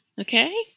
Okay